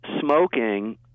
smoking